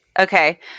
Okay